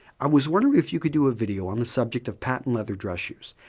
i was wondering if you could do a video on the subject of patent leather dress shoes.